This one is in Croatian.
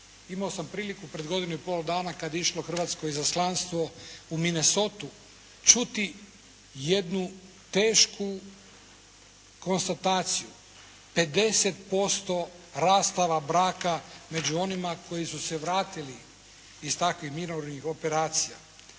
Imao sam priliku pred godinu i pol dana kad je išlo hrvatsko izaslanstvo u Minnesotu čuti jednu tešku konstataciju, 50% rastava braka među onima koji su se vratili iz takvih mirovnih operacija.